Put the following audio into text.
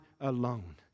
alone